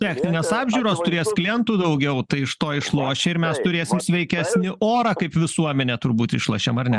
techninės apžiūros turės klientų daugiau tai iš to išlošia ir mes turėsim sveikesnį orą kaip visuomenė turbūt išlošiam ar ne